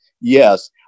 Yes